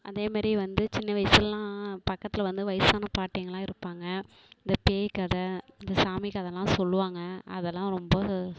அதேமாரி வந்து சின்ன வயசுலலாம் பக்கத்தில் வந்து வயசான பாட்டிங்கள்லாம் இருப்பாங்க இந்த பேய் கதை இந்த சாமி கதைலாம் சொல்லுவாங்க அதலாம் ரொம்ப